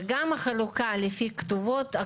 וגם החלוקה לפי כתובות,